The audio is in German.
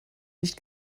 nicht